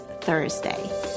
Thursday